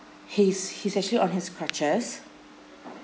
he's he's actually on his crutches